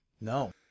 No